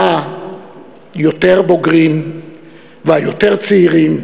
היותר בוגרים והיותר צעירים,